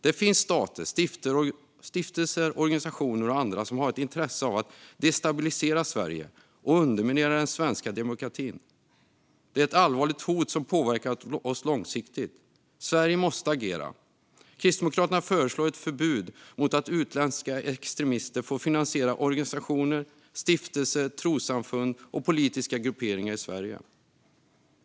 Det finns stater, stiftelser, organisationer och andra som har ett intresse av att destabilisera Sverige och underminera den svenska demokratin. Det är ett allvarligt hot som påverkar oss långsiktigt. Sverige måste agera. Kristdemokraterna föreslår ett förbud mot att utländska extremister får finansiera organisationer, stiftelser, trossamfund och politiska grupperingar i Sverige.